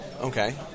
Okay